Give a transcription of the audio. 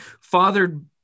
fathered